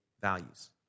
values